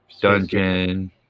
Dungeon